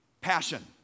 passion